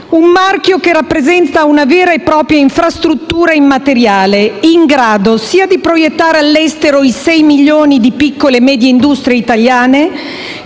Un marchio che rappresenta una vera e propria infrastruttura immateriale in grado, sia di proiettare all'estero i sei milioni di piccole e medie industrie italiane,